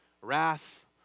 wrath